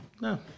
no